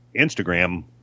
Instagram